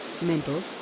mental